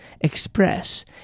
express